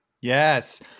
Yes